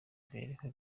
mibereho